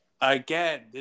Again